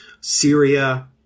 Syria